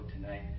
tonight